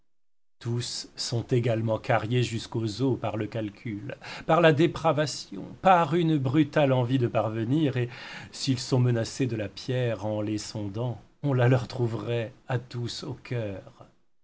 tous sont également cariés jusqu'aux os par le calcul par la dépravation par une brutale envie de parvenir et s'ils sont menacés de la pierre en les sondant on la leur trouverait à tous au cœur